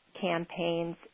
campaigns